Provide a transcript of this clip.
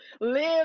live